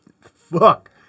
Fuck